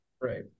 Right